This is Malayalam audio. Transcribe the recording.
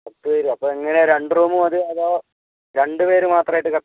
പത്ത് പേര് അപ്പം എങ്ങനെയാണ് രണ്ട് റൂമ് മതിയോ അതോ രണ്ട് പേര് മാത്രമായിട്ട് കെ